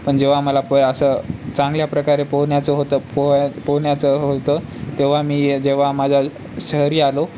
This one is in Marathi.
पण जेव्हा मला पय असं चांगल्या प्रकारे पोहण्याचं होतं पो पोहण्याचं होतं तेव्हा मी जेव्हा माझ्या शहरी आलो